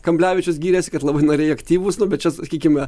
kamblevičius gyrėsi kad labai nariai aktyvūs nu bet čia sakykime